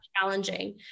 challenging